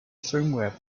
firmware